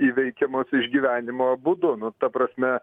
įveikiamos išgyvenimo būdu nu ta prasme